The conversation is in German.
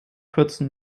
kürzen